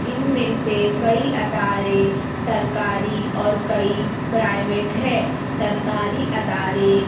اِن میں سے کئی ادارے سرکاری اور کئی پرائیویٹ ہے سرکاری ادارے